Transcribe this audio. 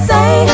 Say